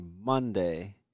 Monday